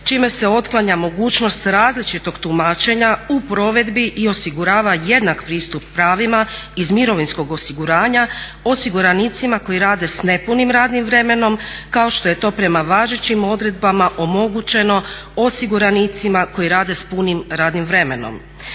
čime se otklanja mogućnost različitog tumačenja u provedbi i osigurava jednak pristup pravima iz mirovinskog osiguranja osiguranicima koji rade s nepunim radnim vremenom kao što je to prema važećim odredbama omogućeno osiguranicima koji rade s punim radnim vremenom.